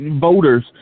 voters